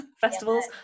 festivals